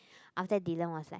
after that Dylan was like